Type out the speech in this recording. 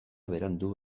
berandu